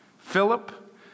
Philip